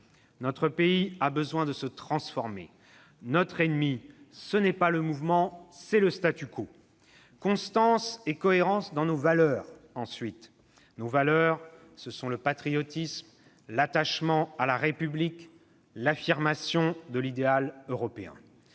Notre pays a besoin de se transformer. Notre ennemi, ce n'est pas le mouvement, c'est le. « Constance et cohérence dans nos valeurs ensuite. Nos valeurs, ce sont le patriotisme, l'attachement à la République, l'affirmation de l'idéal européen.